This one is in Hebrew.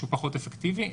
שהוא פחות אפקטיבי,